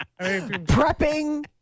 prepping